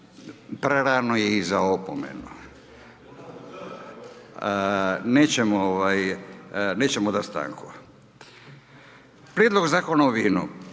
Prerano je i za opomenu. Nećemo dati stanku. - Prijedlog zakona o vinu,